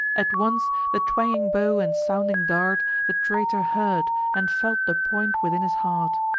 at once the twanging bow and sounding dart the traitor heard, and felt the point within his heart.